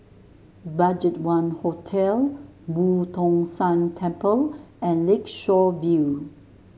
BudgetOne Hotel Boo Tong San Temple and Lakeshore View